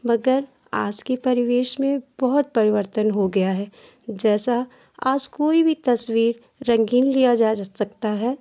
मगर आज के परिवेश में बहुत परिवर्तन हो गया है जैसा आप के पास कोई भी तस्वीर रंगीन लिया जा सकता है